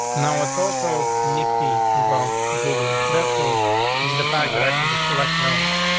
now it's also nifty about google left tools is the fact that i can just select element.